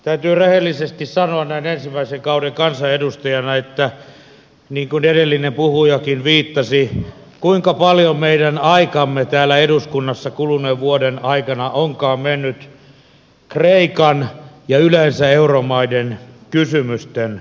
täytyy rehellisesti sanoa näin ensimmäisen kauden kansanedustajana niin kuin edellinen puhujakin viittasi kuinka paljon meidän aikamme täällä eduskunnassa kuluneen vuoden aikana onkaan mennyt kreikan ja yleensä euromaiden kysymysten kanssa